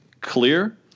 clear